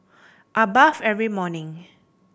I bathe every morning